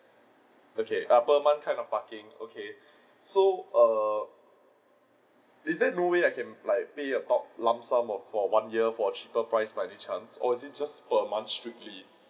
okay per month kind of parking okay so err is there no way I can like pay a bulk lump sum for one year for cheaper price by any chance or is it just per month strictly